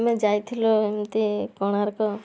ଆମେ ଯାଇଥିଲୁ ଏମିତି କୋଣାର୍କ